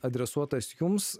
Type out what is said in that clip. adresuotas jums